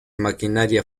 maquinaria